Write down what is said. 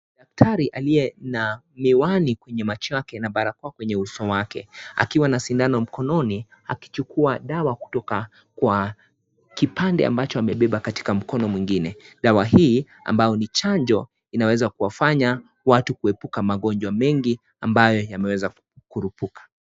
Daktari aliye na miwani kwenye macho yake na barakoa kwenye uso wake akiwa na sindano mkononi akichukua dawa kutoka kwa kipande ambacho amebeba katika mkono mwingine. Dawa hii ambayo ni chanjo inaweza kuwafanya watu kuepuka magonjwa mengi ambayo yameweza kukurupuka.